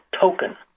token